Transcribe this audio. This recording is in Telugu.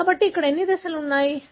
కాబట్టి ఇక్కడ ఎన్ని దశలు ఉన్నాయి